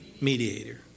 mediator